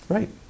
Right